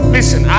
Listen